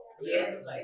Yes